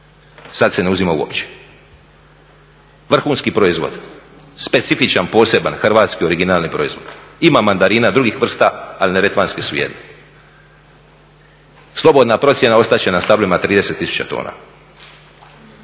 sada se ne uzima uopće. Vrhunski proizvod, specifičan, poseban, hrvatski originalni proizvod. Ima mandarina drugih vrsta, ali neretvanske su jedne. Slobodna procjena, ostat će na stablima 30 tisuća tona.